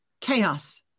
Chaos